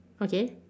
okay